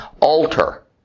alter